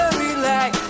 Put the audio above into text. relax